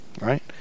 right